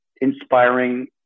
inspiring